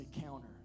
counter